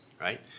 right